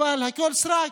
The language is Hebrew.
אבל הכול סרק,